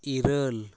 ᱤᱨᱟᱹᱞ